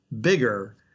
bigger